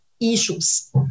issues